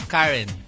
Karen